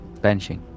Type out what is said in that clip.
benching